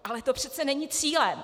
Ale to přece není cílem.